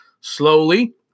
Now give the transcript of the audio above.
slowly